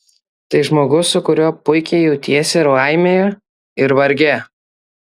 tai žmogus su kuriuo puikiai jautiesi ir laimėje ir varge